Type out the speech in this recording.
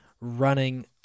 running